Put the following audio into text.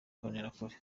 mbonerakure